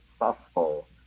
successful